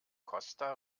costa